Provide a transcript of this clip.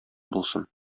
булсын